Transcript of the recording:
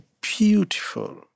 beautiful